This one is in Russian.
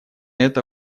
это